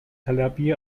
طلبی